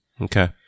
Okay